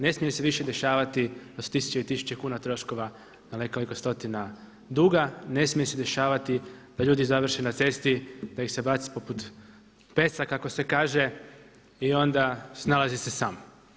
Ne smije se više dešavati da su tisuće i tisuće kuna troškova na nekoliko stotina duga, ne smije se dešavati da ljudi završe na cesti da ih se baci poput pesa kako se kaže i onda snalazi se sam.